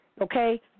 okay